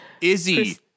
Izzy